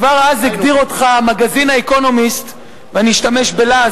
כבר אז הגדיר אותך המגזין "האקונומיסט" ואני אשתמש בלעז,